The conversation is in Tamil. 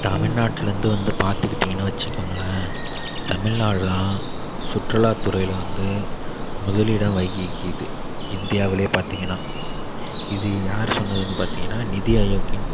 தமிழ்நாட்டிலேந்து வந்து பார்த்துக்கிட்டிங்கன்னு வச்சுக்கோங்களேன் தமிழ்நாடுதான் சுற்றுலா துறையில் வந்து முதலிடம் வகிக்கிறது இந்தியாவில் பார்த்திங்கன்னா இது யார் சொன்னதுன்னு பார்த்திங்கன்னா நிதி ஆயோக்கியன்